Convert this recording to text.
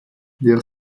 der